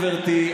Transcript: גברתי,